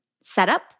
setup